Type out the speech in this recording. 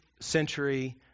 century